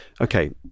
okay